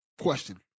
question